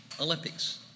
Olympics